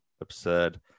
absurd